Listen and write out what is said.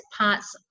parts